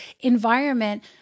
environment